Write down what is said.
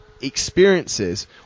experiences